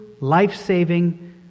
life-saving